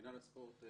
מינהל הספורט.